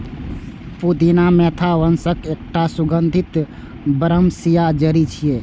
पुदीना मेंथा वंशक एकटा सुगंधित बरमसिया जड़ी छियै